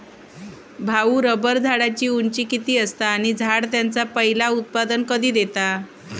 भाऊ, रबर झाडाची उंची किती असता? आणि झाड त्याचा पयला उत्पादन कधी देता?